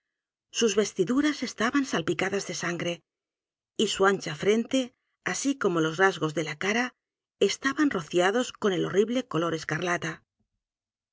sus vestiduras e s taban salpicadas de sangre y su ancha frente así como los rasgos de la cara estaban rociados con el horrible color escarlata